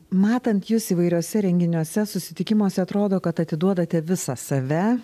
matant jus įvairiuose renginiuose susitikimuose atrodo kad atiduodate visą save